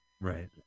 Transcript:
right